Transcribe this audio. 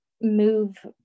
move